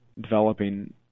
developing